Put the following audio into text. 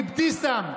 מאבתיסאם,